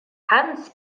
hans